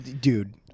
dude